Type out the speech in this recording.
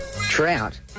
trout